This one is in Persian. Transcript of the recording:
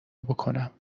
بکنم